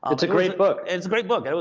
ah it's a great book. it's a great book.